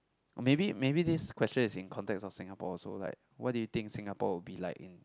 maybe maybe this question is in context of Singapore also like what do you think Singapore would be like in